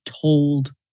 told